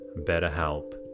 BetterHelp